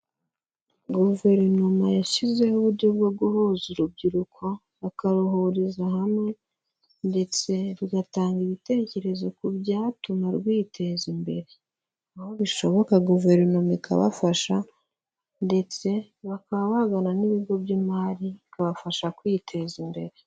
Guverinoma yashyizeho uburyo bwo guhuza urubyiruko, bakaruhuriza hamwe ndetse rugatanga ibitekerezo ku byatuma rwiteza imbere, aho bishoboka guverinoma ikabafasha ndetse bakaba bagana n'ibigo by'imari bikabafasha kwiteza imbere.